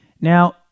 Now